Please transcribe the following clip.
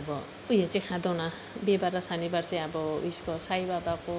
अब ऊ यो चाहिँ खाँदैनौँ बिहीबार र शनिबार चाहिँ अब उसको साई बाबाको